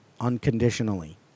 unconditionally